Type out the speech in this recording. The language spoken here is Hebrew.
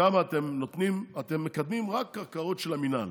שם אתם מקדמים רק קרקעות של המינהל